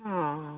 অ